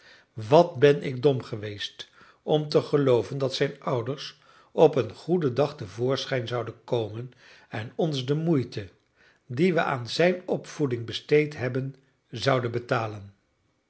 wat ben ik dom geweest om te gelooven dat zijn ouders op een goeden dag te voorschijn zouden komen en ons de moeite die we aan zijn opvoeding besteed hebben zouden betalen